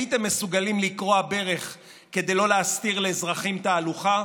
הייתם מסוגלים לכרוע ברך כדי לא להסתיר לאזרחים תהלוכה?